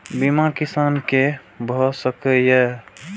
बीमा किसान कै भ सके ये?